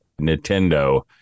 Nintendo